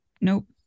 nope